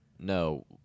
no